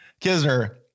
Kisner